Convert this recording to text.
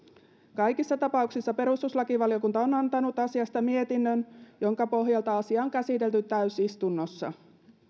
kaikissa tapauksissa perustuslakivaliokunta on antanut asiasta mietinnön jonka pohjalta asia on käsitelty täysistunnossa